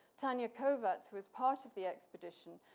tanya kovacs was part of the expedition.